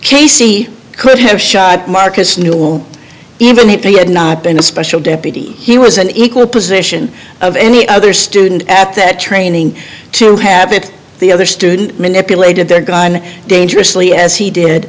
casey could have shot marcus new wont even if he had not been a special deputy he was an equal position of any other student at that training to have it the other student manipulated the gun dangerously as he did